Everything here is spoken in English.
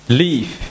leave